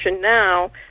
now